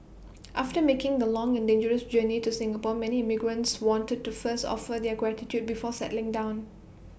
after making the long and dangerous journey to Singapore many immigrants wanted to first offer their gratitude before settling down